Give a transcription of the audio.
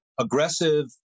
aggressive